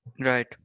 Right